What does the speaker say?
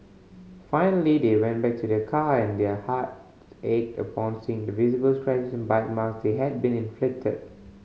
finally they went back to their car and their heart ached upon seeing the visible scratches and bite mark that had been inflicted